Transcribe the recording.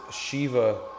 Shiva